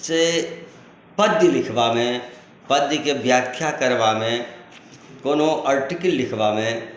से पद्य लिखबामे पद्यके व्याख्या करबामे कोनो अर्टिकिल लिखबामे